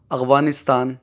Afghanistan